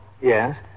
Yes